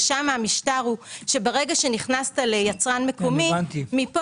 ששם המשטר הוא שברגע שנכנסת ליצרן מקומי מפה